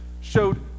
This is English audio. showed